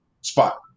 spot